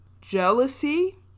jealousy